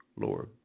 Lord